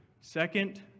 Second